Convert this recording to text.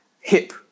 hip